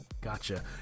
Gotcha